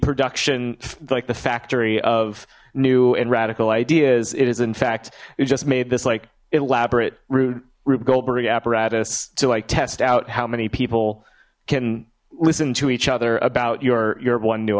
production like the factory of new and radical ideas it is in fact it just made this like elaborate rude rube goldberg apparatus to like test out how many people can listen to each other about your your one new